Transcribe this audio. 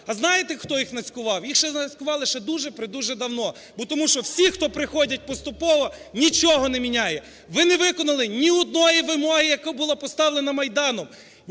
А знаєте, хто їх нацькував? Їх нацькували щедуже-предуже давно. Бо тому що всі, хто приходять поступово, нічого не міняє. Ви не виконали ні одної вимоги, яка була поставлена Майданом.